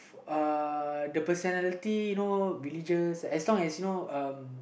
uh the personality you know religious as long as you know